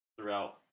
throughout